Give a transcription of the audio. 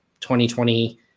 2020